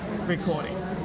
recording